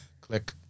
click